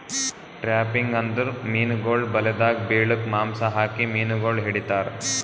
trapping ಅಂದುರ್ ಮೀನುಗೊಳ್ ಬಲೆದಾಗ್ ಬಿಳುಕ್ ಮಾಂಸ ಹಾಕಿ ಮೀನುಗೊಳ್ ಹಿಡಿತಾರ್